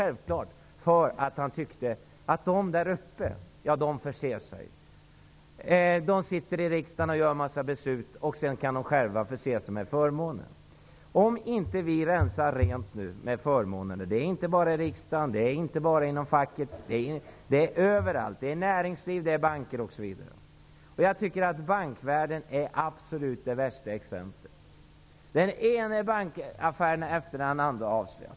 Varför? Han tyckte att ''de där uppe'' förser sig. De sitter i riksdagen och beslutar en massa, och så kan de förse sig själva med förmåner. Vi måste rensa ut förmånerna, inte bara i riksdagen och facket, utan överallt, i näringliv, banker osv. Jag tycker bankvärlden ger de värsta exemplen. Den ena bankaffären efter den andra avslöjas.